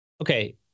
Okay